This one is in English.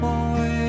Boy